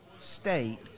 State